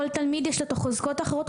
כל תלמיד יש לו את החוזקות האחרות,